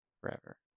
forever